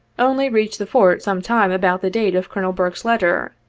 only reached the fort sometime about the date of colonel burke's letter,